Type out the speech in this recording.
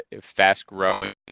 fast-growing